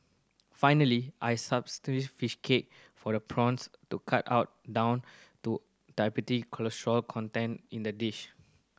finally I substitute fish cake for the prawns to cut out down to cholesterol content in the dish